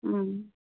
ओं